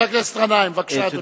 חבר הכנסת גנאים, בבקשה, אדוני.